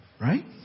right